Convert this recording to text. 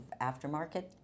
aftermarket